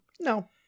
No